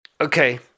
Okay